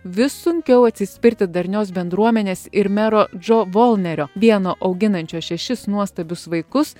vis sunkiau atsispirti darnios bendruomenės ir mero džo volnerio vieno auginančio šešis nuostabius vaikus